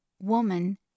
Woman